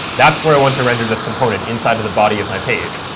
that's where i want to render this component inside of the body of my page.